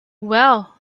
well